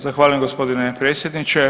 Zahvaljujem g. predsjedniče.